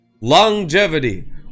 Longevity